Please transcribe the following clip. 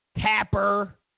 Tapper